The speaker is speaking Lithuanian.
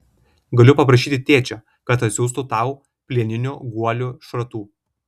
galiu paprašyti tėčio kad atsiųstų tau plieninių guolių šratų